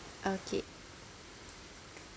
okay